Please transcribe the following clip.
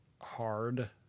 hard